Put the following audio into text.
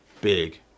big